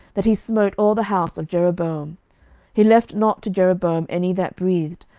that he smote all the house of jeroboam he left not to jeroboam any that breathed,